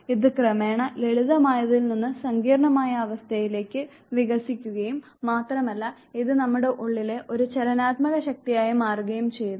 ഇത് ക്രമേണ ലളിതമായതിൽനിന്ന് സങ്കീർണ്ണമായ അവസ്ഥയിലേക്ക് വികസിക്കുകയും മാത്രമല്ല ഇത് നമ്മുടെ ഉള്ളിലെ ഒരു ചലനാത്മക ശക്തിയായി മാറുകയും ചെയ്യുന്നു